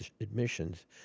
admissions